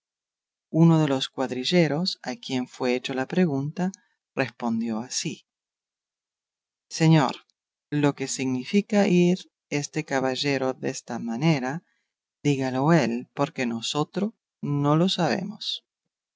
uno de los cuadrilleros a quien fue hecha la pregunta respondió ansí señor lo que significa ir este caballero desta manera dígalo él porque nosotros no lo sabemos